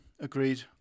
Agreed